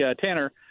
Tanner